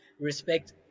respect